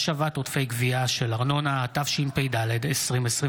(השבת עודפי גבייה של ארנונה), התשפ"ד 2024,